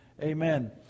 amen